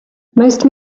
most